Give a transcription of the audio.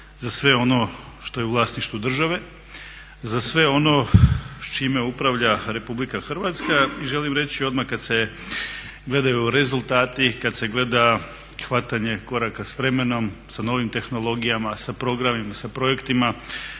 za sve ono što je u vlasništvu države, za sve ono s čime upravlja Republika Hrvatska i želim reći odmah kad se gledaju rezultati, kad se gleda hvatanje koraka s vremenom, sa novim tehnologijama, sa programima, sa projektima,